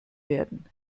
werden